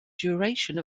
duration